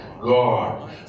God